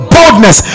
Boldness